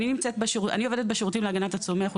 אני מתכבד לפתוח את ישיבת ועדת הפנים והגנת הסביבה.